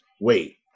wait